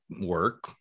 work